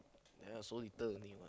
ya so little only